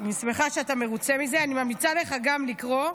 אני שמחה שאתה מרוצה מזה, אני ממליצה לך גם לקרוא.